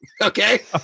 Okay